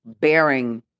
bearing